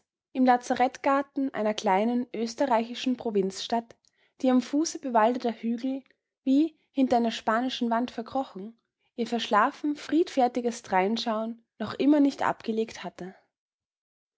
im lazarettgarten einer kleinen österreichischen provinzstadt die am fuße bewaldeter hügel wie hinter einer spanischen wand verkrochen ihr verschlafen friedfertiges dreinschauen noch immer nicht abgelegt hatte